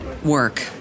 work